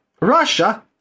Russia